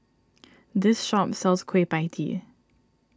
this shop sells Kueh Pie Tee